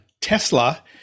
Tesla